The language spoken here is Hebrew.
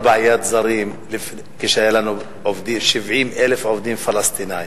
לא היתה לנו בעיית זרים כשהיו לנו 70,000 עובדים פלסטינים.